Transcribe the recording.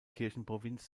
kirchenprovinz